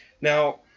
Now